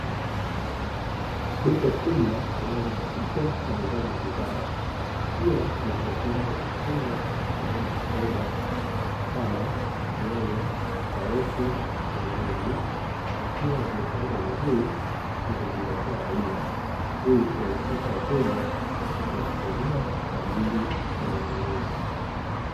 Duka kubwa linalojihusisha na uuzaji wa bidhaa ikiwa ni sehemu ya matunda pamoja na mboga kama:nyanya, karoti na ndizi zikiwa zimepangwa vizuri kwa kuzingatia aina ili kurahisisha wateja wakati wakichagua kwa ajili ya kufanya manunuzi.